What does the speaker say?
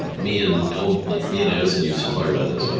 me and me and edison used to talk about this by the